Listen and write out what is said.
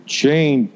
chain